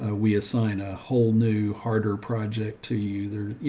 ah we assign a whole new, harder project to you there, you